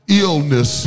illness